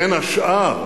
בין השאר,